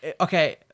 Okay